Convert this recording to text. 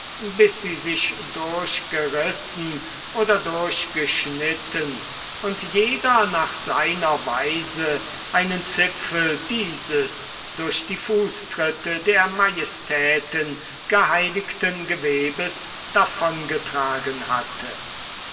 bis sie sich durchgerissen oder durchgeschnitten und jeder nach seiner weise einen zipfel dieses durch die fußtritte der majestäten geheiligten gewebes davongetragen hatte